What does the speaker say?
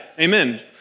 Amen